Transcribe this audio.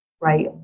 right